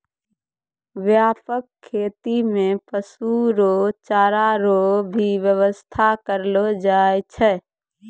व्यापक खेती मे पशु रो चारा रो भी व्याबस्था करलो जाय छै